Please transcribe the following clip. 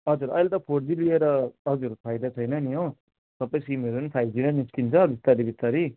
हजुर अहिले त फोर जिबी लिएर हजुर फाइदा छैन नि हो सबै सिमहरू नि फाइभ जिबी नै निस्किन्छ बिस्तारै बिस्तारै